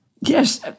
Yes